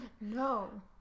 No